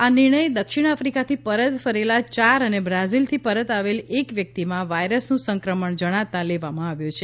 આ નિર્ણય દક્ષિણ આફ્રિકાથી પરત ફરેલા ચાર અને બ્રાઝિલથી પરત આવેલ એક વ્યક્તિમાં વાયરસનું સંક્રમણ જણાતાં લેવા માં આવ્યો છે